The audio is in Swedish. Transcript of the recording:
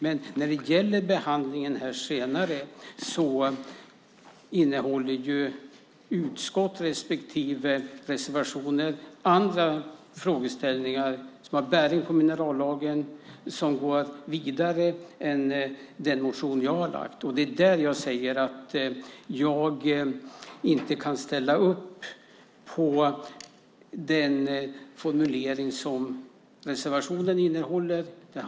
Men när det gäller behandlingen senare innehåller utskottets förslag respektive reservationen andra frågeställningar som har bäring på minerallagen och som går vidare än den motion jag har väckt. Jag kan inte ställa upp på den formulering som reservationen innehåller.